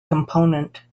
component